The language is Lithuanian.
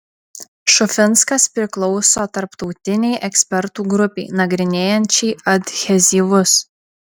šufinskas priklauso tarptautinei ekspertų grupei nagrinėjančiai adhezyvus